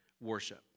worship